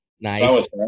Nice